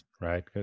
right